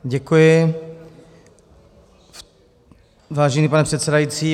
Děkuji, vážený pane předsedající.